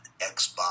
Xbox